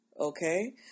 Okay